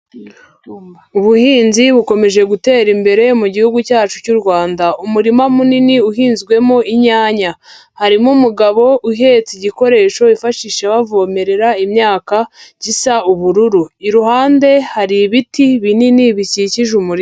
Ubuhinzi bukomeje gutera imbere mu gihugu cyacu cy'u Rwanda, umurima munini uhinzwemo inyanya, harimo umugabo uhetse igikoresho bifashishije bavomerera imyaka gisa ubururu, iruhande hari ibiti binini bikikije umurima.